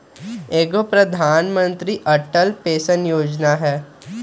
एगो प्रधानमंत्री अटल पेंसन योजना है?